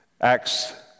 Acts